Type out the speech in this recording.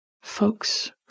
folks